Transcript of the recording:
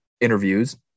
interviews